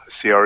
CRE